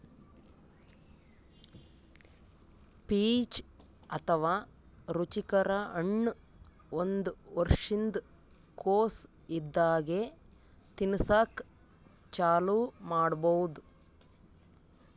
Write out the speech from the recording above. peach ಅಥವಾ ರುಚಿಕರ ಹಣ್ಣ್ ಒಂದ್ ವರ್ಷಿನ್ದ್ ಕೊಸ್ ಇದ್ದಾಗೆ ತಿನಸಕ್ಕ್ ಚಾಲೂ ಮಾಡಬಹುದ್